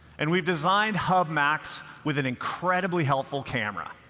and we've designed hub max width an incredibly helpful camera.